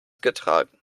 getragen